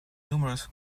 numerous